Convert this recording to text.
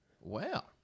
Wow